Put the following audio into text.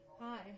Hi